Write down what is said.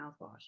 mouthwash